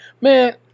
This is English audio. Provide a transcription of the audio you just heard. man